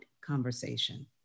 Conversation